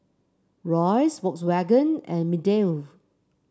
Royce Volkswagen and Mediheal